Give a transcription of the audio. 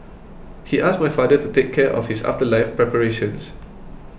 he asked my father to take care of his afterlife preparations